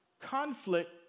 conflict